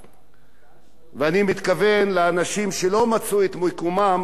ואני מתכוון לאנשים שלא מצאו את מקומם ברשימת